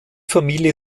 familie